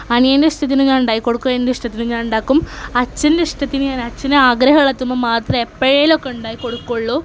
അനിയന് ഇഷ്ടത്തിന് ഞാൻ ഉണ്ടാക്കി കൊടുക്കും എൻ്റെ ഇഷ്ടത്തിനും ഞാൻ ഉണ്ടാക്കും അച്ഛൻ്റെ ഇഷ്ടത്തിന് ഞാൻ അച്ഛന് ആഗ്രഹം ഉള്ളത് എത്തുമ്പം മാത്രമേ എപ്പോഴെങ്കിലുമൊക്കെ ഉണ്ടാക്കി കൊടുക്കുകയുള്ളൂ